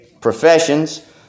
professions